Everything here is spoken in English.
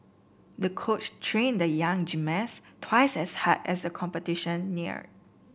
the coach trained the young gymnast twice as hard as a competition neared